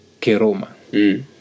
Keroma